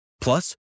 Plus